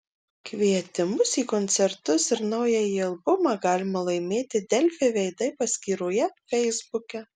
kvietimus į koncertus ir naująjį albumą galima laimėti delfi veidai paskyroje feisbuke